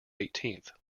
eighteenth